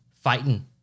fighting